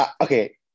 okay